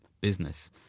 business